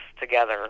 together